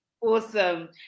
awesome